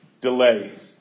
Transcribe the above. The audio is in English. delay